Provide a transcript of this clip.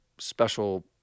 special